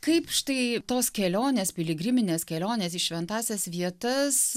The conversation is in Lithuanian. kaip štai tos kelionės piligriminės kelionės į šventąsias vietas